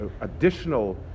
additional